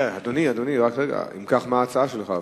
אדוני, אם כך, מה ההצעה שלך?